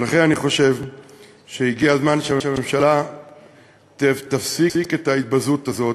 לכן אני חושב שהגיע הזמן שהממשלה תפסיק את ההתבזות הזאת,